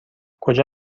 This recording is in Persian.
کجا